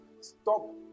Stop